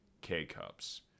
K-Cups